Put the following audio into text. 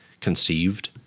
conceived